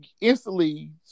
instantly